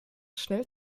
schnell